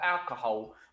alcohol